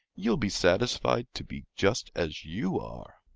you'll be satisfied to be just as you are.